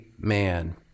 man